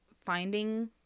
finding